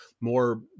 more